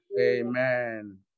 Amen